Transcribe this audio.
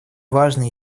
важный